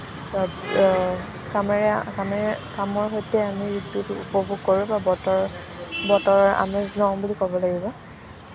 কামেৰে কামেৰে কামৰ সৈতে আমি ঋতুটো উপভোগ কৰোঁ বা বতৰৰ বতৰৰ আমেজ লওঁ বুলি ক'ব লাগিব